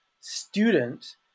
student